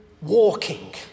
walking